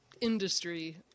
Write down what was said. Industry